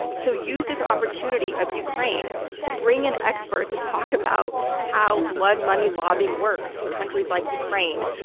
so use this opportunity of ukraine to bring in experts and talk about how blood money lobbying works in countries like ukraine.